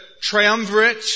triumvirate